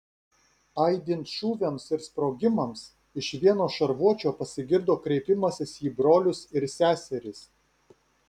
aidint šūviams ir sprogimams iš vieno šarvuočio pasigirdo kreipimasis į brolius ir seseris